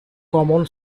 common